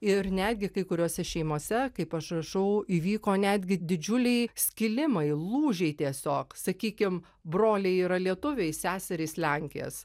ir netgi kai kuriose šeimose kaip aš rašau įvyko netgi didžiuliai skilimai lūžiai tiesiog sakykim broliai yra lietuviai seserys lenkės